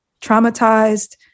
traumatized